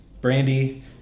Brandy